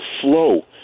flow